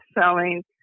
selling